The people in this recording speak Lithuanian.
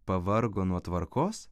pavargo nuo tvarkos